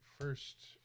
First